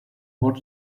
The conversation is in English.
more